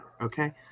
okay